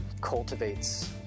cultivates